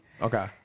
Okay